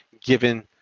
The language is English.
given